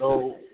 hello